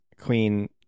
queen